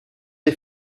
est